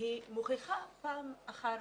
והיא מוכיחה פעם אחר פעם.